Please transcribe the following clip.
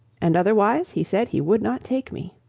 and otherwise he said he would not take me.